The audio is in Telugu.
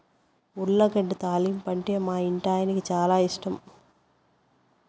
ఉర్లగడ్డ తాలింపంటే మా ఇంటాయనకి చాలా ఇష్టం